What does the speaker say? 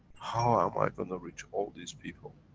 how am i gonna reach all these people?